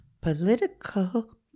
Political